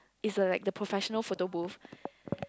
is a like the professional photo booth